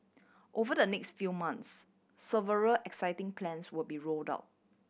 over the next few months several exciting plans will be rolled out